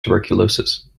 tuberculosis